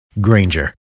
Granger